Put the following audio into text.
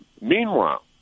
Meanwhile